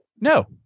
No